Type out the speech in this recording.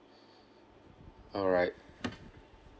alright